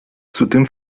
zudem